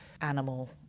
animal